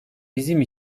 bizim